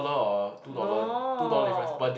no